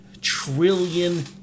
trillion